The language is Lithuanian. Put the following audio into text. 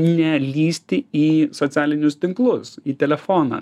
nelįsti į socialinius tinklus į telefoną